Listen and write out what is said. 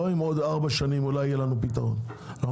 לא אולי בעוד ארבע שנים אולי יהיה פתרון אנחנו